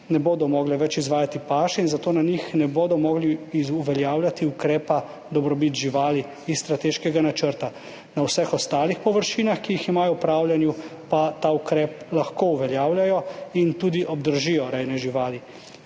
ne bodo mogle več izvajati paše in zato na njih ne bodo mogli uveljavljati ukrepa dobrobit živali iz strateškega načrta. Na vseh ostalih površinah, ki jih imajo v upravljanju, pa ta ukrep lahko uveljavljajo in tudi obdržijo rejne živali.